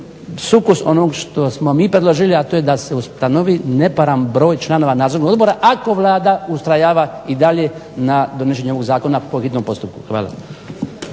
sukus onog što smo mi predložili, a to je da se ustanovi neparan broj članova nadzornog odbora ako Vlada ustrajava i dalje na donošenju ovog zakona po hitnom postupku. Hvala.